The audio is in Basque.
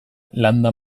landa